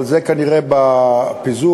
אבל זה כנראה בפיזור,